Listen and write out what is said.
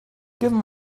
given